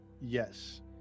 Yes